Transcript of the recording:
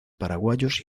paraguayos